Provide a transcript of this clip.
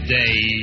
day